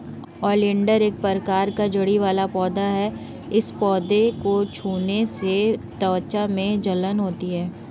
oleander एक प्रकार का झाड़ी वाला पौधा है इस पौधे को छूने से त्वचा में जलन होती है